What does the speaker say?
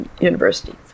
universities